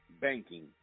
banking